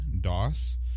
DOS